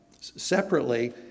separately